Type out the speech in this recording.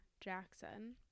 Jackson